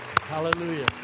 Hallelujah